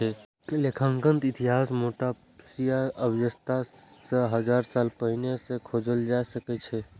लेखांकनक इतिहास मोसोपोटामिया सभ्यता सं हजार साल पहिने सं खोजल जा सकै छै